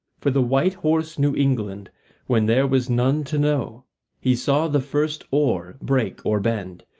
for the white horse knew england when there was none to know he saw the first oar break or bend,